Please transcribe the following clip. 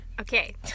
Okay